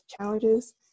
challenges